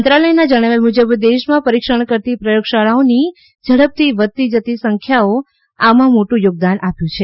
મંત્રાલયના જણાવ્યા મૂજબ દેશમાં પરિક્ષણ કરતી પ્રયોગશાળાઓની ઝડપથી વધતી સંખ્યાએ આમા મોટું થોગદાન આપ્યું છે